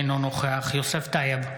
אינו נוכח יוסף טייב,